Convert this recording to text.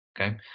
okay